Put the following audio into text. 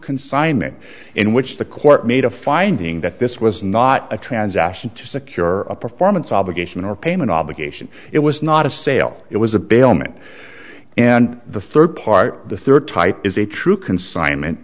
consignment in which the court made a finding that this was not a transaction to secure a performance obligation or payment obligation it was not a sale it was a bailment and the third part the third type is a true consignment